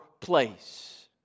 place